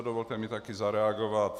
Dovolte mi taky zareagovat.